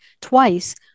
twice